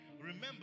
remember